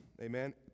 Amen